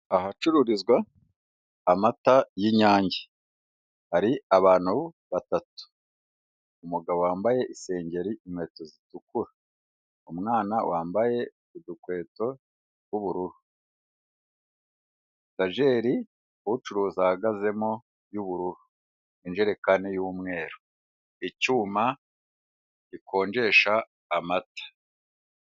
Ahacururizwa amata y'inyange. Hari abantu batatu, umugabo wambaye isengeri inkweto zitukura. Umwana wambaye udukweto tw'ubururu, etajeri ucuruza ahagazemo y'ubururu. Injerekani y'umweru, icyuma gikonjesha amata.